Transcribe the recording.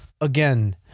again